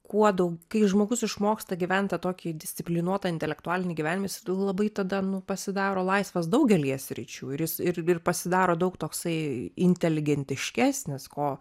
kuo dau kai žmogus išmoksta gyvent tą tokį disciplinuotą intelektualinį gyvenimą is labai tada pasidaro laisvas daugelyje sričių ir jis ir ir pasidaro daug toksai inteligentiškesnis ko